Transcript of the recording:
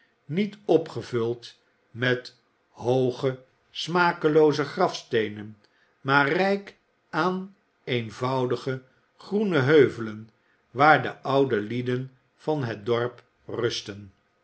niet opgevuld met hooge smakelooze grafsteenen maar rijk aan eenvoudige groene heuvelen waar de oude lieden van het dorp rustten